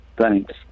Thanks